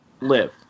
live